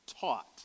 taught